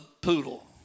poodle